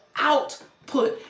output